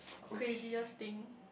craziest thing